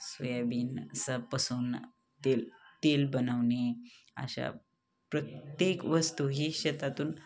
soybean अस पसवून तेल तेल बनवणे अशा प्रत्येक वस्तू ही शेतातून